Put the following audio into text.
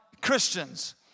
Christians